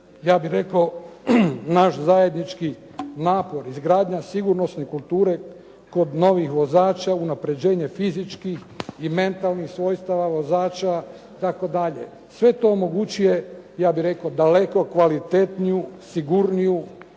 ja bih rekao naš zajednički napor, izgradnja sigurnosne kulture kod novih vozača, unapređenje fizičkih i mentalnih svojstava vozača itd.. Sve to omogućuje ja bih rekao daleko kvalitetniju, sigurniju